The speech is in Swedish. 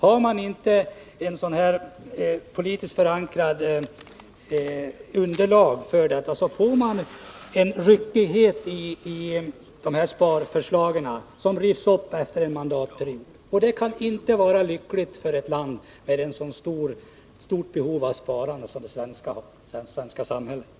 Har man inte ett sådant här politiskt förankrat underlag, så får man en ryckighet i sparförslagen, och de rivs upp efter bara en mandatperiod. Detta kan inte vara lyckligt för ett land med ett så stort behov av sparande som det svenska samhället har.